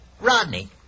Rodney